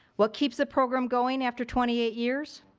what keeps a program going after twenty eight years?